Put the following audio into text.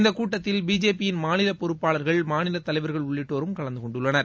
இந்தக் கூட்டத்தில் B J P யின் மாநில பொறுப்பாளா்கள் மாநிலத் தலைவா்கள் உள்ளிட்டோரும் கலந்து கொண்டுள்ளனர்